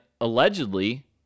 allegedly